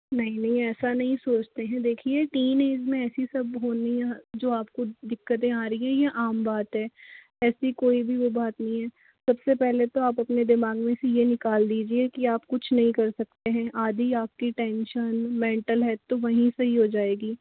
नहीं नहीं ऐसा नहीं सोचते हैं देखिये तीन एज में ऐसी सब होनी है जो आपको दिक्कतें आ रही है ये आम बात है ऐसी कोई भी वो बात नहीं है सबसे पहले तो आप अपने दिमाग में से ये निकाल दीजिये की आप कुछ नहीं कर सकते हैं आदि आपकी टेंशन मेंटल है तो वहीं से ही हो जाएगी